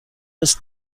ist